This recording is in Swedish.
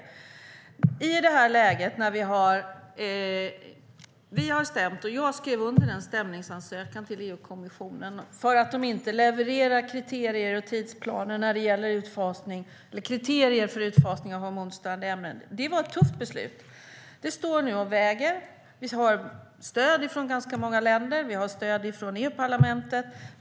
Vi är i ett läge där vi har stämt - jag skrev under stämningsansökan - EU-kommissionen för att de inte levererar kriterier för utfasning av hormonstörande ämnen. Det var ett tufft beslut. Det står nu och väger. Vi har stöd från ganska många länder. Vi har stöd från EU-parlamentet.